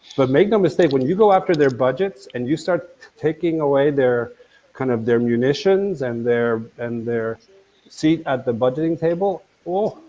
but make no mistake, when you go after their budgets, and you start taking away kind of, their munitions, and their and their seat at the budgeting table, oh,